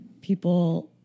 people